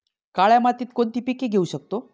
काळ्या मातीत कोणती पिके घेऊ शकतो?